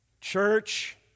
church